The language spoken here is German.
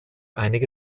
einige